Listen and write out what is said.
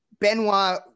Benoit